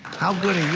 how good